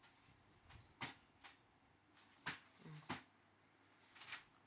mm